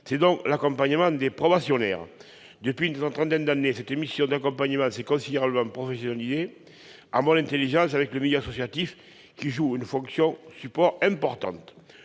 c'est donc dans l'accompagnement des probationnaires. Depuis une trentaine d'année, cette mission d'accompagnement s'est considérablement professionnalisée, en bonne intelligence avec le milieu associatif, qui assure une fonction support importante.